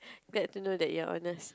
get to know that you're ernest